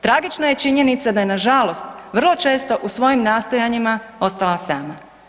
Tragična je činjenica da je nažalost vrlo često u svojim nastojanjima ostala sama.